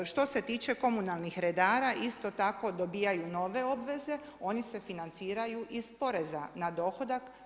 Što se tiče komunalnih redara, isto tako dobivaju nove obveze, oni se financiraju iz poreza na dohodak.